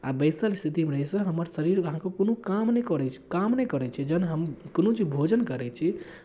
आ बैसल स्थितिमे रहयसँ हमर शरीर अहाँके कोनो काम नहि करै छै काम नहि करै छै जहन हम कोनो चीज भोजन करै छी